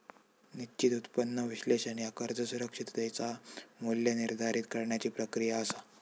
निश्चित उत्पन्न विश्लेषण ह्या कर्ज सुरक्षिततेचा मू्ल्य निर्धारित करण्याची प्रक्रिया असा